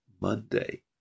Monday